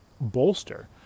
bolster